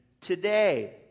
today